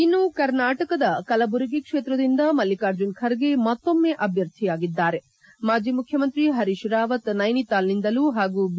ಇನ್ನು ಕರ್ನಾಟಕದ ಕಲಬುರಗಿ ಕ್ಷೇತ್ರದಿಂದ ಮಲ್ಲಿಕಾರ್ಜುನ್ ಖರ್ಗೆ ಮತ್ತೊಮ್ಮ ಅಭ್ಯರ್ಥಿಯಾಗಿದ್ದರೆ ಮಾಜಿ ಮುಖ್ಯಮಂತ್ರಿ ಪರೀಶ್ ರಾವತ್ ನೈನಿತಾಲ್ನಿಂದಲೂ ಹಾಗೂ ಬಿ